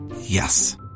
Yes